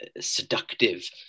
seductive